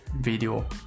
video